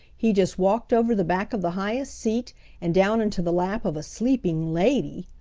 he just walked over the back of the highest seat and down into the lap of a sleeping lady!